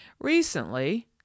Recently